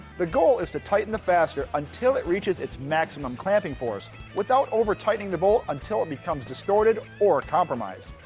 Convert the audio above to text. the goal is to tighten the fastener until it reaches its maximum clamping force without overtightening the bolt until it becomes distorted or compromised.